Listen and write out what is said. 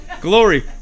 Glory